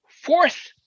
fourth